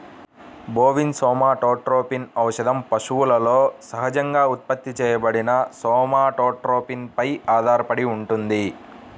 bovine somatotropin ఔషధం పశువులలో సహజంగా ఉత్పత్తి చేయబడిన సోమాటోట్రోపిన్ పై ఆధారపడి ఉంటుంది